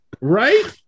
Right